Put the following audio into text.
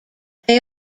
they